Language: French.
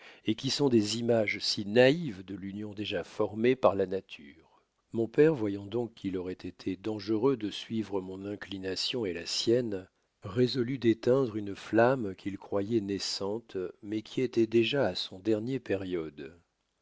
et qui sont des images si naïves de l'union déjà formée par la nature mon père voyant donc qu'il auroit été dangereux de suivre mon inclination et la sienne résolut d'éteindre une flamme qu'il croyoit naissante mais qui étoit déjà à son dernier période